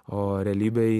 o realybėj